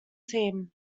team